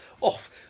off